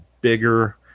bigger